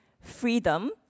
freedom